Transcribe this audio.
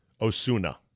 Osuna